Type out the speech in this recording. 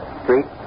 street